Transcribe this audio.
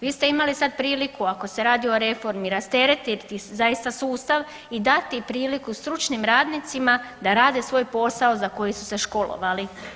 Vi ste imali sad priliku ako se radi o reformi rasteretiti zaista sustav i dati priliku stručnim radnicima da rade svoj posao za koji su se školovali.